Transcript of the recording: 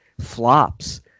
flops